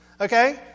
okay